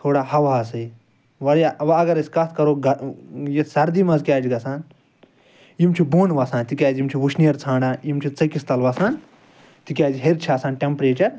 تھورا ہَوہَسے واریاہ وۄنۍ اگر أسۍ کتھ کرو سردی مَنٛز کیاہ چھُ گَژھان یِم چھِ بوٚن وَسان تکیازِ یِم چھِ وٕشنیر ژھانڈان یِم چھِ ژیٚکِس تل وَسان تکیازِ ہیٚرِ چھ آسان ٹیٚمپریچَر